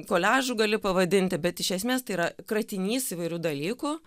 koliažu galiu pavadinti bet iš esmės tai yra kratinys įvairių dalykų